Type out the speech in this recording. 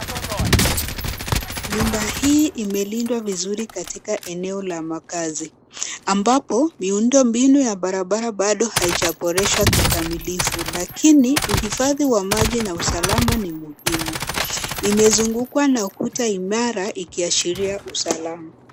Nyumba hii imelindwa vizuri katika eneo la makazi ambapo miundo mbinu ya barabara bado haijaboreshwa kikamilifu lakini uhifadhi wa maji na usalama ni muhimu. Imezungukwa na ukuta imara ikiashiria usalama.